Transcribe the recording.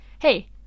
hey